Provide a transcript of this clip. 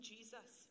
Jesus